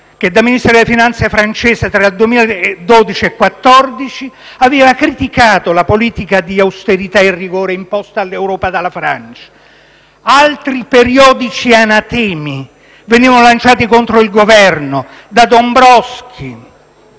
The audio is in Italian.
da ministro delle finanze francese, tra il 2012 e il 2014 aveva criticato la politica di austerità e il rigore imposti dall'Europa alla Francia. Altri periodici anatemi venivano lanciati contro il Governo da Dombrovskis,